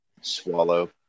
Swallow